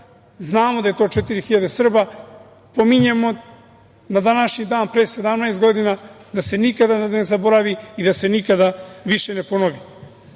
Znamo da je to četiri hiljade Srba. Pominjemo na današnji dan pre 17 godina da se nikada ne zaboravi i da se nikada više ne ponovi. Ono